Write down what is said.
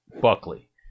Buckley